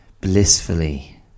blissfully